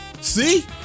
See